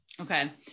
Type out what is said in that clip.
Okay